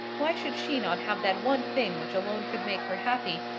why should she not have that one thing which alone could make her happy,